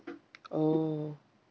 oh